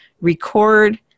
record